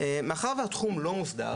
מאחר והתחום לא מוסדר,